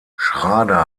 schrader